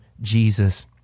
Jesus